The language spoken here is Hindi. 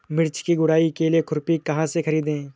मिर्च की गुड़ाई के लिए खुरपी कहाँ से ख़रीदे?